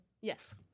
Yes